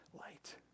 light